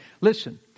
Listen